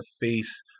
face